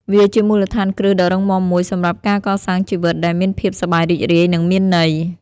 វាជាមូលដ្ឋានគ្រឹះដ៏រឹងមាំមួយសម្រាប់ការកសាងជីវិតដែលមានភាពសប្បាយរីករាយនិងមានន័យ។